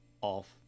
off